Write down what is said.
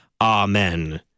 Amen